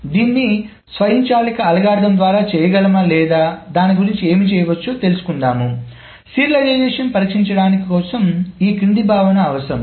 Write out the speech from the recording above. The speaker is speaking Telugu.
కాబట్టి దీన్ని స్వయంచాలక అల్గోరిథం ద్వారా చేయగలమా లేదా దాని గురించి ఏమి చేయవచ్చో తెలుసుకుందాము సీరియలైజేషన్ పరీక్షించడాని కోసం ఈ క్రింది భావన అవసరం